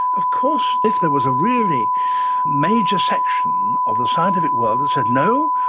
of course if there was a really major section of the scientific world that said no,